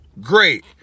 great